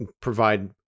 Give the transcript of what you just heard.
provide